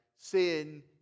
sin